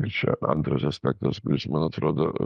ir čia antras aspektas kuris man atrodo